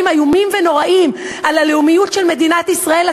איומים ונוראים על הלאומיות של מדינת ישראל,